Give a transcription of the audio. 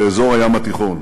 באזור הים התיכון.